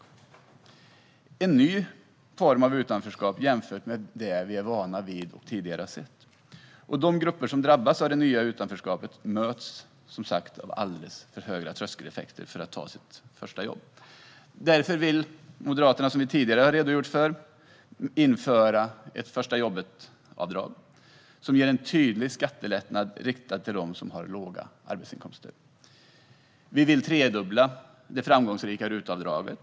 Detta är en ny form av utanförskap jämfört med det som vi är vana vid och det som vi tidigare har sett. De grupper som drabbas av det nya utanförskapet möts som sagt av alldeles för höga trösklar när de ska ta sitt första jobb. Moderaterna vill därför införa ett förstajobbetavdrag som ger en tydlig skattelättnad riktad till dem som har låga arbetsinkomster. Vi vill tredubbla det framgångsrika RUT-avdraget.